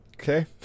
Okay